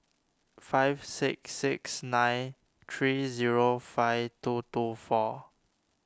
five six six nine three zero five two two four